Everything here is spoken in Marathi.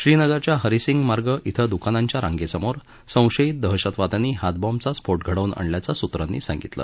श्रीनगरच्या हरिसिंग मार्ग इथं दुकानांच्या रांगेसमोर संशयित दहशतवाद्यांनी हातबॉम्बचा स्फोट घडवून आणल्याचं सूत्रांनी सांगितलं